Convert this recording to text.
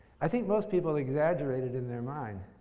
i think most people exaggerate it in their mind.